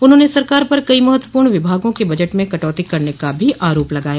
उन्होंने सरकार पर कई महत्वपूर्ण विभागों के बजट में कटौती करने का भी आरोप लगाया